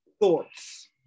Thoughts